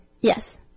Yes